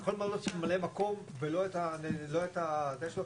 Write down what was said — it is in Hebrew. הוא יכול למנות ממלא מקום ולא את הזה שלו.